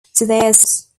assignments